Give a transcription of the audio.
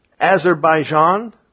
Azerbaijan